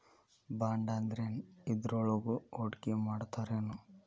ಬಾಂಡಂದ್ರೇನ್? ಇದ್ರೊಳಗು ಹೂಡ್ಕಿಮಾಡ್ತಾರೇನು?